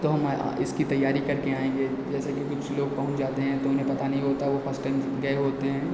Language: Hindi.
तो हम इसकी तैयारी करके आएँगे जैसे कि कुछ लोग पहुँच जाते हैं तो उन्हें पता नहीं होता वह फस्ट टाइम गए होते हैं